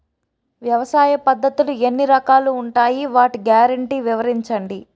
వ్యవసాయ పద్ధతులు ఎన్ని రకాలు ఉంటాయి? వాటి గ్యారంటీ వివరించండి?